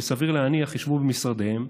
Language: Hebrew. שסביר להניח שישבו במשרדיהם,